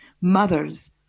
Mothers